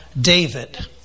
David